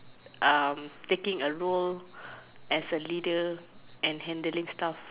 um taking a role as a leader and handling stuff